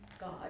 God